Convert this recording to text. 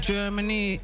Germany